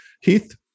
Heath